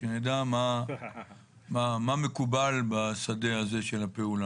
כדי שנדע מה מקובל בשדה הזה של הפעולה?